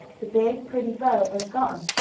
the big, pretty bow was gone,